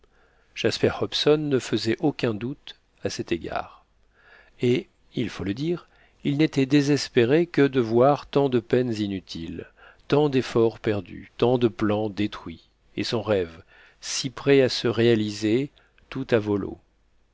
jasper hobson ne faisait aucun doute à cet égard et il faut le dire il n'était désespéré que de voir tant de peines inutiles tant d'efforts perdus tant de plans détruits et son rêve si prêt à se réaliser tout à